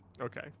Okay